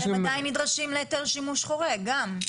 יש גם, הם עדיין נדרשים להיתר שימוש חורג גם.